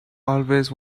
always